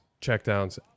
checkdowns